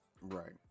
Right